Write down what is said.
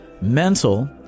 mental